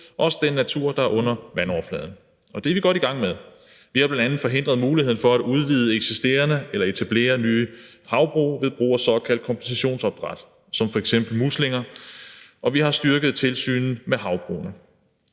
– også den natur, der er under vandoverfladen. Og det er vi godt i gang med. Vi har bl.a. forhindret muligheden for at udvide eksisterende eller etablere nye havbrug ved brug af såkaldt kompensationsopdræt som f.eks. muslinger, og vi har styrket tilsynet med havbrugene.